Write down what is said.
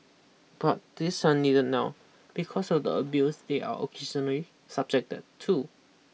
but these are need now because of the abuse they are occasionally subjected to